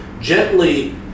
gently